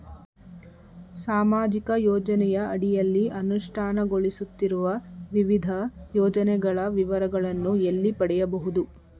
ಸಾಮಾಜಿಕ ಯೋಜನೆಯ ಅಡಿಯಲ್ಲಿ ಅನುಷ್ಠಾನಗೊಳಿಸುತ್ತಿರುವ ವಿವಿಧ ಯೋಜನೆಗಳ ವಿವರಗಳನ್ನು ಎಲ್ಲಿ ಪಡೆಯಬಹುದು?